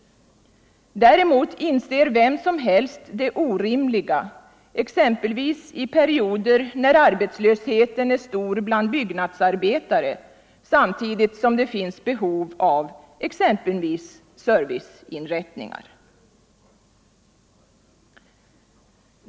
Däremot inser vem som helst det orimliga exempelvis i perioder, när arbetslösheten är stor bland byggnadsarbetare, samtidigt som det finns behov av att bygga bl.a. serviceinrättningar.